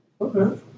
Okay